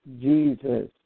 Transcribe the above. Jesus